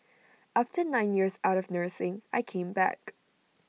after nine years out of nursing I came back